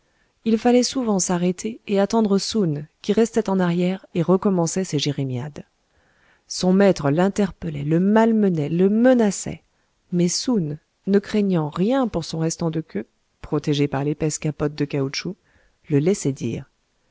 il fallait souvent s'arrêter et attendre soun qui restait en arrière et recommençait ses jérémiades son maître l'interpellait le malmenait le menaçait mais soun ne craignant rien pour son restant de queue protégée par l'épaisse capote de caoutchouc le laissait dire